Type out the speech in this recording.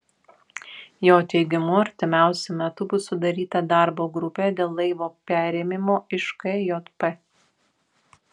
jo teigimu artimiausiu metu bus sudaryta darbo grupė dėl laivo perėmimo iš kjp